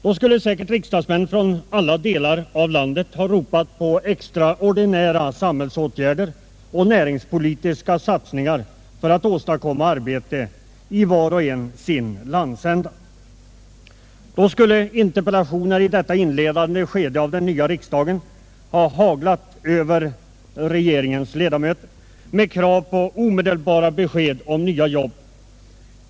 Då skulle säkert riksdagsmän från alla delar av landet ha ropat på extraordinära samhällsåtgärder och näringspolitiska satsningar för att åstadkomma arbete i sin landsända. Då skulle i detta inledande skede av den nya riksdagen interpellationer ha haglat över regeringens ledamöter med krav på omedelbara besked om nya jobb.